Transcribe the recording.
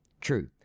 true